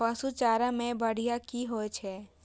पशु चारा मैं बढ़िया की होय छै?